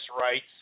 rights